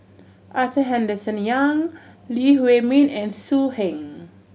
Arthur Henderson Young Lee Huei Min and So Heng